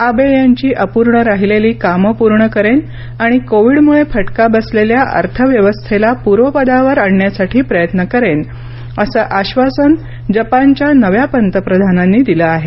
आबे यांची अपूर्ण राहिलेली कामं पूर्ण करेन आणि कोविडमुळे फटका बसलेल्या अर्थव्यवस्थेला पूर्वपदावर आणण्यासाठी प्रयत्न करेन असं आश्वासन जपानच्या नव्या पंतप्रधानांनी दिलं आहे